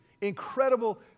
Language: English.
incredible